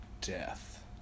death